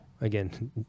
again